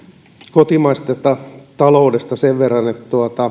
kotimaisesta taloudesta sen verran että